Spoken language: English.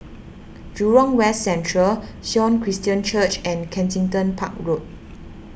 Jurong West Central Sion Christian Church and Kensington Park Road